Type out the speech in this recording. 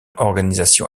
organisation